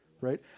right